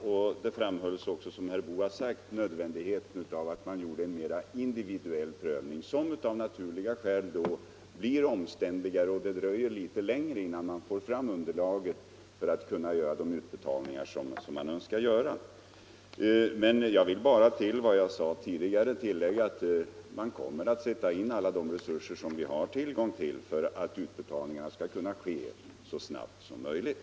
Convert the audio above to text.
Det blev därmed också, som herr Boo har sagt, nödvändigt att göra en mera individuell prövning, som av naturliga skäl blir omständligare. Det gör att det dröjer litet längre, innan man får fram underlaget för de utbetalningar som man önskar göra. Utöver vad jag sade tidigare vill jag bara tillägga att man kommer att sätta in alla de resurser som vi har tillgång till för att utbetalningarna skall kunna ske så snabbt som möjligt.